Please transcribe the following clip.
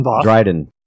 Dryden